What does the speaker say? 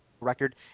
record